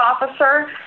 officer